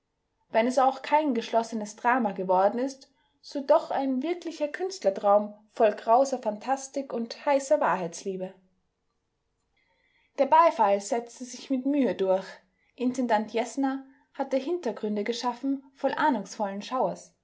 wenn es auch kein geschlossenes drama geworden ist so doch ein wirklicher künstlertraum voll krauser phantastik und heißer wahrheitsliebe der beifall setzte sich mit mühe durch intendant jeßner hatte hintergründe geschaffen voll ahnungsvollen schauers